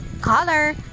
color